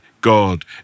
God